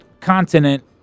continent